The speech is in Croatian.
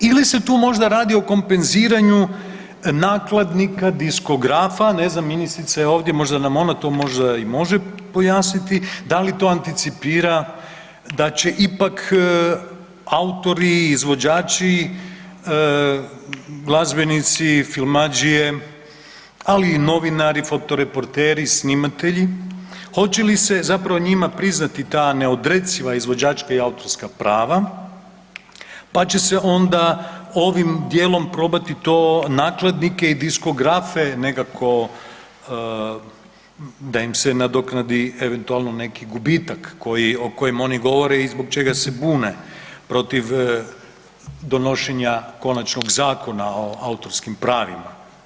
Ili se tu možda radi o kompenziranju nakladnika, diskografa, ne znam, ministrica je ovdje, možda nam ona to možda i može pojasniti, da li to anticipira da će ipak autori, izvođači, glazbenici, filmadžije, ali i novinari, fotoreporteri, snimatelji, hoće li se njima zapravo priznati ta neodreciva izvođačka i autorska prava, pa će se onda ovim dijelom onda probati to nakladnike i diskografe nekako da im se nadoknadi eventualno neki gubitak koji, o kojem oni govore i zbog čega se bune, protiv donošenja konačnog zakona o autorskim pravima.